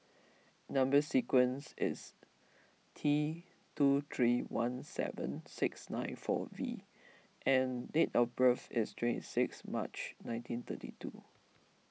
Number Sequence is T two three one seven six nine four V and date of birth is twenty six March nineteen thirty two